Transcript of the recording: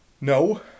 No